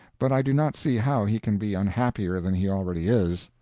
but i do not see how he can be unhappier than he already is.